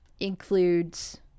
includes